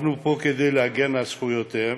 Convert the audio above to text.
אנחנו פה כדי להגן על זכויותיהם